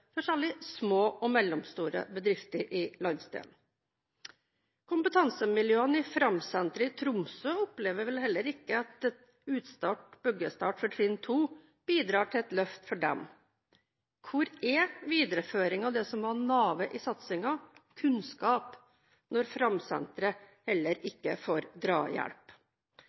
for særlig små og mellomstore bedrifter i landsdelen. Kompetansemiljøene i Framsenteret i Tromsø opplever heller ikke at en utsatt byggestart for trinn to bidrar til et løft for dem. Hvor er videreføringen av det som var navet i satsingen, kunnskap, når Framsenteret heller ikke får drahjelp?